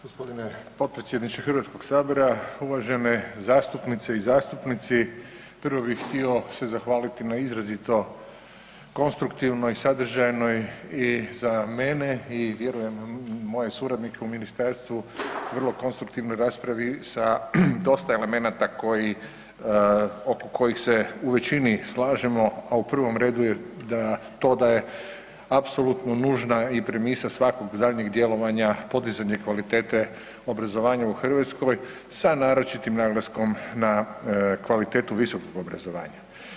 Gospodine potpredsjedniče Hrvatskog sabora, uvažene zastupnice i zastupnici, prvo bih htio zahvaliti se na izrazito konstruktivnoj i sadržajnoj i za mene i vjerujem moje suradnike u ministarstvu vrlo konstruktivnoj raspravi sa dosta elemenata koji, oko kojih se u većini slažemo, a u prvom redu je to da je apsolutno nužna i premisa svakog daljnjeg djelovanja podizanja kvalitete obrazovanja u Hrvatskoj sa naročitim naglaskom na kvalitetu visokog obrazovanja.